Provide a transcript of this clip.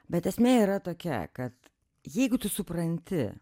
bet esmė yra tokia kad jeigu tu supranti